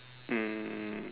um